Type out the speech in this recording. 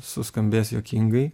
suskambės juokingai